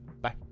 bye